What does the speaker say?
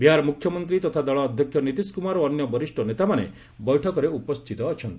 ବିହାର ମୁଖ୍ୟମନ୍ତ୍ରୀ ତଥା ଦଳ ଅଧ୍ୟକ୍ଷ ନିତୀଶ କୁମାର ଓ ଅନ୍ୟ ବରିଷ୍ଠ ନେତାମାନେ ବୈଠକରେ ଉପସ୍ଥିତ ଅଛନ୍ତି